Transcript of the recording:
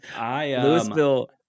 Louisville